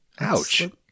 Ouch